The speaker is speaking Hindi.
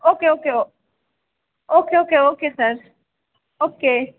okay okay oh okay okay okay sir okay